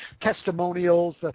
testimonials